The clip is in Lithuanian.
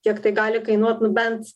kiek tai gali kainuot nu bent